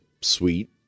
sweet